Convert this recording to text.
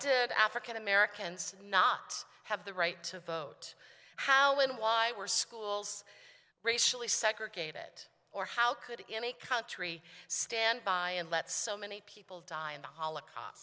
did african americans not have the right to vote how when why were schools racially segregated or how could any country stand by and let so many people die in the holocaust